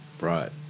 Right